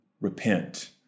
repent